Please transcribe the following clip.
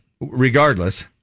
regardless